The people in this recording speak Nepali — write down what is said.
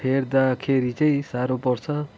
हेर्दाखेरि चाहिँ साह्रो पर्छ